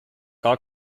gar